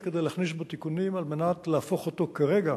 כדי להכניס בו תיקונים על מנת להפוך אותו כרגע